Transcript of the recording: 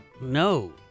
No